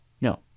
No